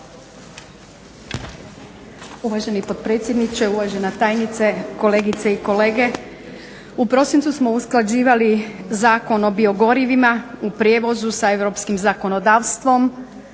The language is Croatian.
Uvaženi potpredsjedniče, uvažena tajnice, kolegice i kolege zastupnici. U prosincu smo usklađivali Zakon o biogorivima u prijevozu sa europskim zakonodavstvom